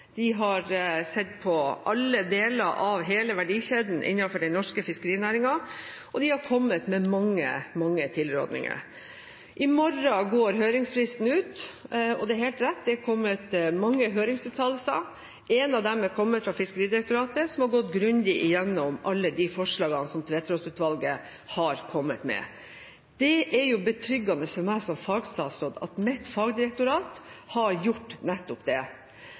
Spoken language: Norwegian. De har sett på alle deler av hele verdikjeden innenfor den norske fiskerinæringen, og de har kommet med mange, mange tilrådninger. I morgen går høringsfristen ut, og det er helt rett at det er kommet mange høringsuttalelser. En av dem har kommet fra Fiskeridirektoratet, som har gått grundig igjennom alle de forslagene som Tveterås-utvalget har kommet med. Det er betryggende for meg som fagstatsråd at mitt fagdirektorat har gjort nettopp det.